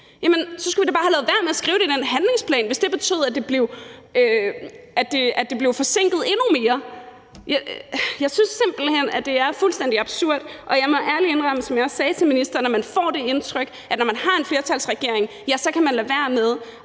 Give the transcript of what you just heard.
Så skulle vi da bare have ladet være med at skrive det i den handlingsplan, hvis det betyder, at det bliver forsinket endnu mere. Jeg synes simpelt hen, at det er fuldstændig absurd, og jeg må ærligt indrømme, som jeg også sagde til ministeren, at man får det indtryk, at når der er en flertalsregering, så kan de fuldstændig lade være med